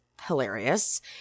hilarious